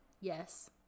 Yes